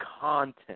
content